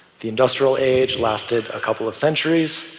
the industrial age lasted a couple of centuries.